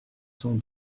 cent